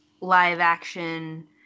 live-action